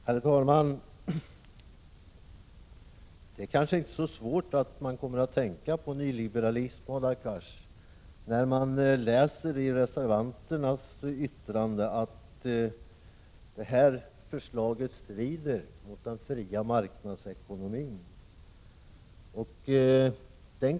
Herr talman! Det kanske inte är så underligt att man kommer att tänka på nyliberalism, Hadar Cars, när man läser vad som står i reservationerna om att det här förslaget strider mot den fria marknadsekonomins principer.